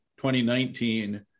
2019